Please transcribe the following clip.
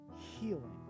healing